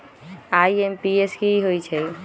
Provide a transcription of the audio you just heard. IMPS की होईछइ?